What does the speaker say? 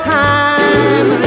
time